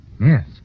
Yes